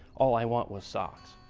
all i want was socks.